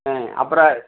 ஆ அப்புறம்